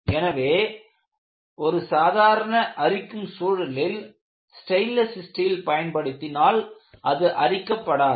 எனவே ஒரு சாதாரண அரிக்கும் சூழலில் ஸ்டெயின்லெஸ் ஸ்டீல் பயன்படுத்தினால் அது அரிக்கப்படாது